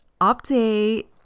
update